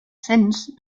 since